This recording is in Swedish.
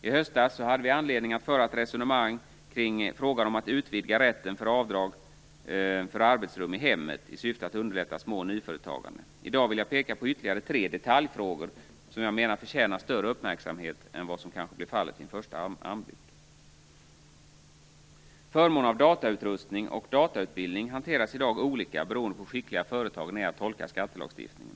I höstas hade vi anledning att föra ett resonemang kring frågan om att utvidga rätten till avdrag för arbetsrum i hemmet, i syfte att underlättande små och nyföretagande. I dag vill jag peka på ytterligare tre detaljfrågor, som jag menar förtjänar större uppmärksamhet än vad som kanske blir fallet vid en första anblick. Förmån av datautrustning och datautbildning hanteras i dag olika beroende på hur skickliga företagen är att tolka skattelagstiftningen.